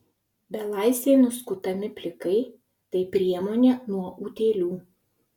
belaisviai nuskutami plikai tai priemonė nuo utėlių